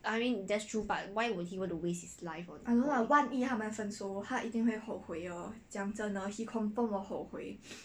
I mean that's true but why would he wanna waste his life